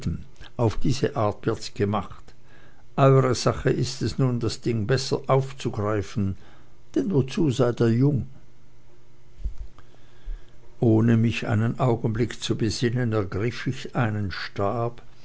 auf diese art wird's gemacht eure sache ist es nun das ding besser anzugreifen denn wozu seid ihr jung ohne mich einen augenblick zu besinnen ergriff ich einen stab